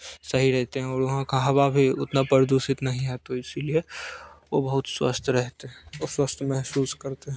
सही रहते हैं और वहाँ का हवा भी उतना प्रदूषित नहीं है तो इसीलिए वो बहुत स्वस्थ रहते हैं और स्वस्थ मेहसूस करते हैं